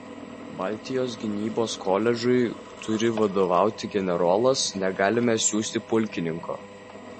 baltijos gynybos koledžui turi vadovauti generolas negalime siųsti pulkininko